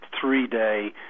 three-day